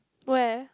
where